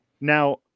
Now